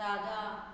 दादा